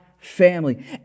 Family